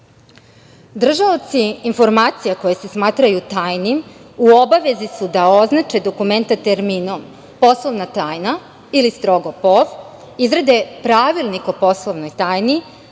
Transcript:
informacija koje se smatraju tajnim u obavezi su da označe dokumenta terminom „poslovna tajna“ ili „strogo pov.“, izrade pravilnik o poslovnoj tajni,